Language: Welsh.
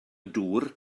dŵr